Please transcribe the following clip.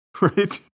Right